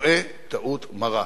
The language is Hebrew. טועה טעות מרה.